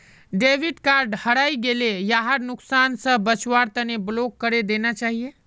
debit card हरई गेला यहार नुकसान स बचवार तना ब्लॉक करे देना चाहिए